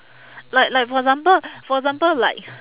like like for example for example like